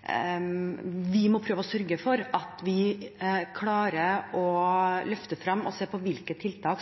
Vi må prøve å sørge for at vi klarer å løfte fram dette, og se på hvilke tiltak